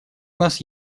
нас